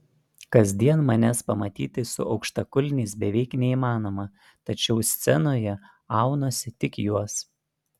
kasdien manęs pamatyti su aukštakulniais beveik neįmanoma tačiau scenoje aunuosi tik juos